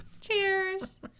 Cheers